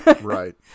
Right